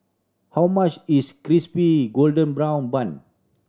how much is Crispy Golden Brown Bun